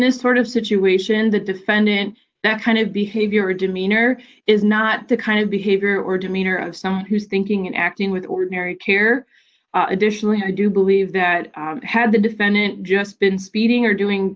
this sort of situation the defendant that kind of behavior demeanor is not the kind of behavior or demeanor of someone who's thinking and acting with ordinary care additionally i do believe that had the defendant just been speeding or doing